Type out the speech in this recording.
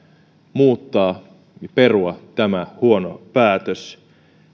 muuttaa perua tämä huono päätös